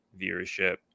viewership